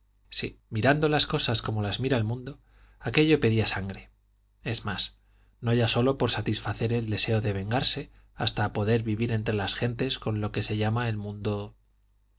sí mirando las cosas como las mira el mundo aquello pedía sangre es más no ya sólo por satisfacer el deseo de vengarse hasta para poder vivir entre las gentes con lo que llama el mundo